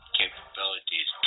capabilities